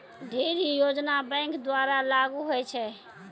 ढ़ेरी योजना बैंक द्वारा लागू होय छै